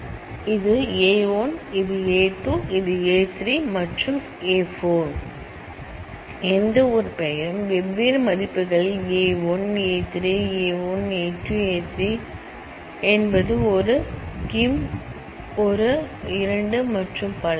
எனவே இது A 1 இது A 2 இது A 3 இது A 4 மற்றும் எந்த ஒரு பெயரும் வெவ்வேறு மதிப்புகளில் a 2 a 3 a 1 a 2 a 3 a 4 98345 என்பது 1 கிம் ஒரு 2 மற்றும் பல